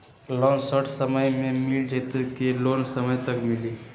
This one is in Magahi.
लोन शॉर्ट समय मे मिल जाएत कि लोन समय तक मिली?